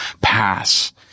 pass